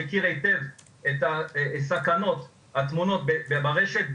אני מכיר היטב את הסכנות הטמונות ברשת,